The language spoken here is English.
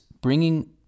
bringing